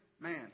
man